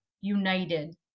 united